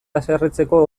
haserretzeko